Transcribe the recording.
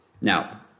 Now